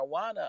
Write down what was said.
marijuana